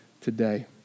today